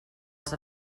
els